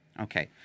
Okay